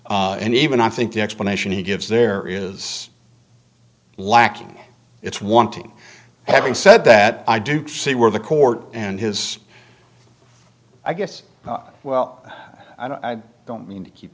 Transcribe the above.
and even i think the explanation he gives there is lacking it's one thing having said that i do see where the court and his i guess well i don't i don't mean to keep